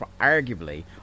arguably